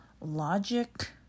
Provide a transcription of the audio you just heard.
logic